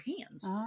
hands